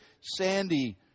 sandy